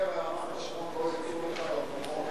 הרצלייה ורמת-השרון לא יצאו לרחובות.